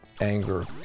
anger